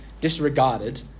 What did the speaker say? disregarded